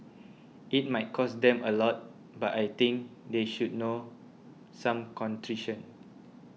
it might cost them a lot but I think they should know some contrition